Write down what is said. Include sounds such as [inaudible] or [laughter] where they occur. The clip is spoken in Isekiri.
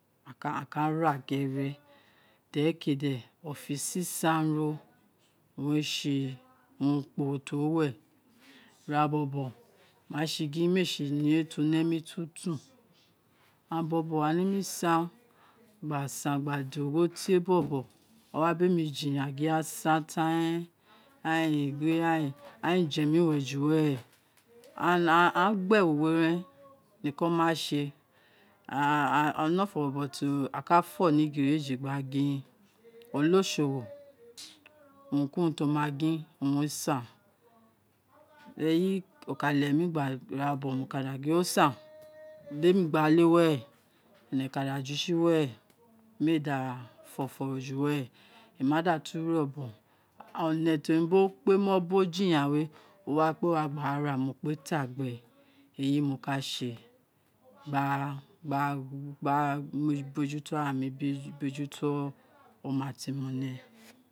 A ka ra gẹre, dẹrē keē dẹ o fọ sisan ro, ovoun rē urun to wu we, ira bo̱bo o ma se gin méè sè oniye ti one emi tun tun aghan bobo aghan nemi san gba san gba da ogho tie, [noise] bọbo awa bemi jiyan gin aghan san tan re aghan ēē je mi iwen ju were and aghan gba ewu we ren ruko mase, one ọfọ bobo ti o fọ ni igwereje gba gin olosowo urun ti oma gin owun ē san eyi o ka leghe mi gba ira bobo mo ka gino san de mi gbale we̱re, ene kada jusi were meē da fo ofo ju were ema da tu rēo̱bo̱n o ne ti enu bo kpe ̄ no bo jiyan we, o wa kpe wa gba ra mo kpe ta gbēē eyl mo ka s̱ē gba gba gba bejuto ara mi gba bejuto oma ti mo bi.